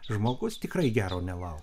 žmogus tikrai gero nelauk